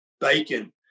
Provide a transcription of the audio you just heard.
bacon